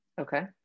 Okay